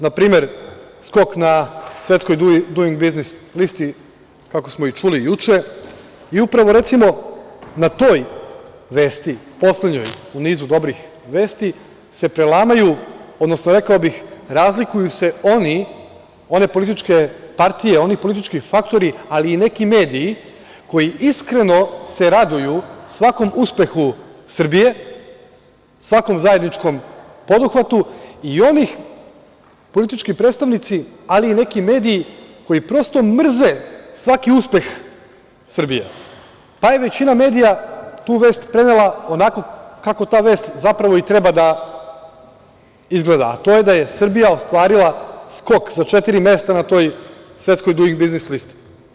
Na primer skok na svetskoj Duing biznis listi, kako smo i čuli juče, i upravo na toj vesti, poslednjoj u nizu dobrih vesti se prelamaju, odnosno rekao bih razlikuju se one političke partije, oni politički faktori, ali neki mediji koji se iskreno raduju svakom uspehu Srbije, svakom zajedničkom poduhvatu i oni politički predstavnici ali i neki mediji koji prosto mrze svaki uspeh Srbija, pa je većina medija tu vest prenela onako kako ta vest zapravo i treba da izgleda, a to je da je Srbija ostvarila skok sa četiri mesta na toj svetskoj Duing biznis listi.